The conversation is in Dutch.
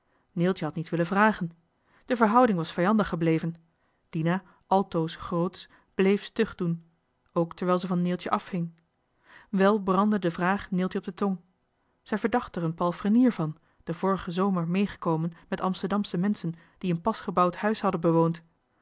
neeltje had niet willen vragen de verhouding was vijandig gebleven dina altoos grootsch bleef stug doen ook terwijl ze van neeltje afhing wel brandde de vraag neeltje op de tong zij verdacht er een palfrenier van den vorigen zomer meegekomen met amsterdamsche menschen die een pasgebouwd huis hadden bewoond